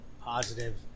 positive